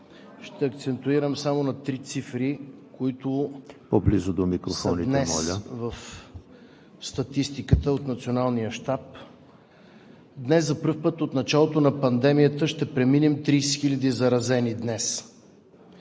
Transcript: Ще акцентирам само на три цифри, които са днес в статистиката от Националния щаб. Днес за пръв път от началото на пандемията ще преминем 30 000 заразени. Днес,